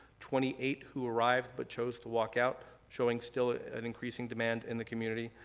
twenty eight who arrived but chose to walk out, showing still an increasing demand in the community,